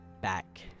back